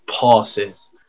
passes